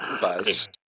Buzz